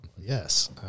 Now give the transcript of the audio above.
yes